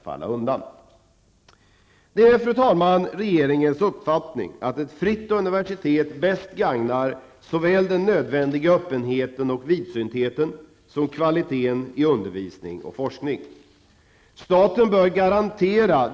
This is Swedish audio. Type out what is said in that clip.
Samtidigt pågår inom de enskilda högskoleenheterna ett arbete som syftar till att den interna organisationen skall bli mer effektiv och mindre kostnadskrävande.